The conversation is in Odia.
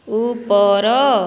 ଉପର